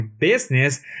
business